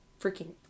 freaking